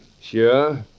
Sure